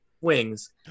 wings